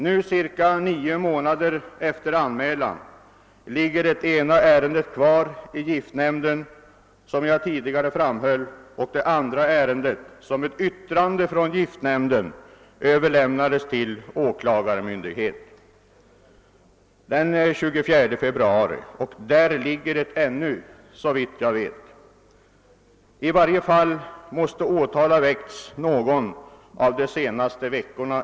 Nu ca nio månader efter denna anmälan finns, som sagt, det ena ärendet kvar hos giftnämnden, medan det andra, som med yttrande från giftnämnden överlämnats till åklagarmyndighet den 24 februari, såvitt jag vet fortfarande kvarligger där. Om åtal väckts, måste det i så fall ha skett under någon av de senaste veckorna.